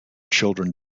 children